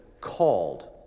called